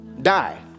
die